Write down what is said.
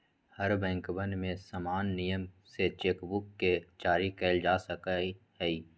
हर बैंकवन में समान नियम से चेक बुक के जारी कइल जा सका हई